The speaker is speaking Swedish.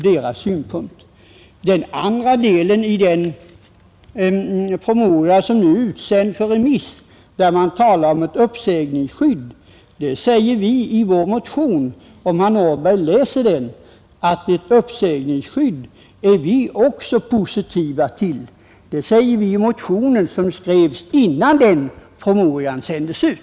Beträffande den andra delen i den promemoria som nu är utsänd på remiss och där man talar om uppsägningsskydd, säger vi i vår motion — som herr Nordberg kan se om han läser den — att vi också är positiva till den tanken, Detta säger vi alltså i en motion som skrevs innan promemorian sändes ut.